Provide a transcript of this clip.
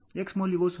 X ನ ಮೌಲ್ಯವು 0